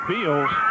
Feels